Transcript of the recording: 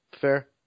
Fair